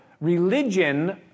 religion